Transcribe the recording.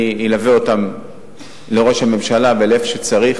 אני אלווה אותם לראש הממשלה, אם צריך,